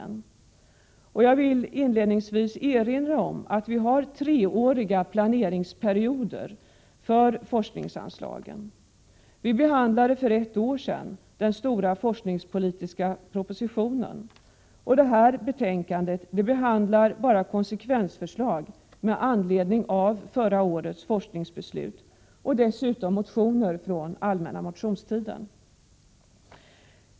Inledningsvis vill jag erinra om att vi har treåriga planeringsperioder för forskningsanslagen. Vi behandlade för ett år sedan den stora forskningspolitiska propositionen, och detta betänkande behandlar bara konsekvensförslag med anledning av förra årets forskningsbetänkande och motioner från den allmänna motionstiden.